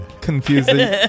Confusing